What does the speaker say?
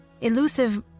elusive